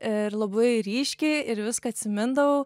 ir labai ryškiai ir viską atsimindavau